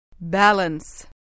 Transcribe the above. Balance